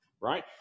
right